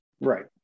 right